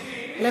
הנה, יש שר.